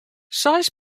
seis